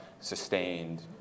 sustained